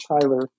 tyler